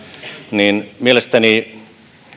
niin mielestäni